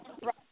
right